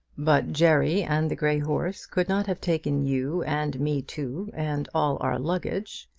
but jerry and the grey horse could not have taken you and me too, and all our luggage,